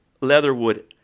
Leatherwood